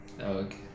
Okay